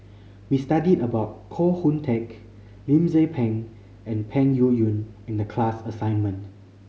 we studied about Koh Hoon Teck Lim Tze Peng and Peng Yuyun in the class assignment